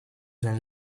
zijn